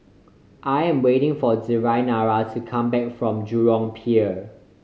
I am waiting for Deyanira to come back from Jurong Pier